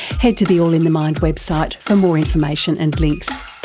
head to the all in the mind website for more information and links.